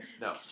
no